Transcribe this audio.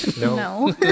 No